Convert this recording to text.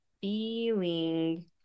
feeling